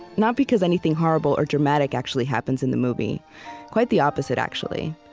not because anything horrible or dramatic actually happens in the movie quite the opposite, actually.